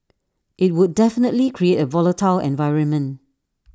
IT would definitely create A volatile environment